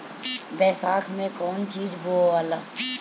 बैसाख मे कौन चीज बोवाला?